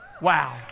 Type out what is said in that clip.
Wow